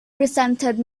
resented